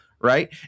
Right